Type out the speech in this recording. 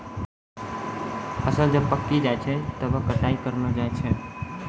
फसल जब पाक्की जाय छै तबै कटाई करलो जाय छै